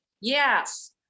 Yes